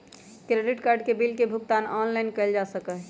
credit card के bill के भुगतान ऑनलाइन कइल जा सका हई